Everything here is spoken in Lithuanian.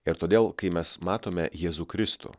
ir todėl kai mes matome jėzų kristų